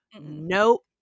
Nope